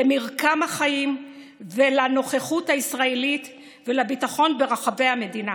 למרקם החיים ולנוכחות הישראלית ולביטחון ברחבי המדינה.